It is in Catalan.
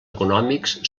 econòmics